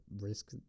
risk